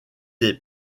est